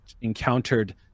encountered